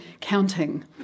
counting